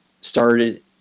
started